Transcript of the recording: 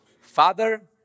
Father